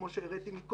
כמו שהראיתי מקודם,